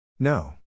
No